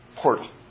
portal